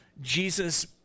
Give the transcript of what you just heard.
Jesus